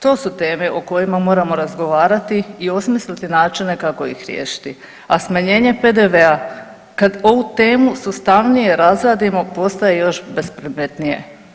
To su teme o kojima moramo razgovarati i osmisliti načine kako ih riješiti, a smanjenje PDV-a kad ovu temu sustavnije razradimo postaje još bespredmetnije.